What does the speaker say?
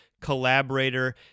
collaborator